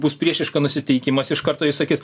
bus priešiška nusiteikimas iš karto jis sakys